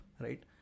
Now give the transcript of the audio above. Right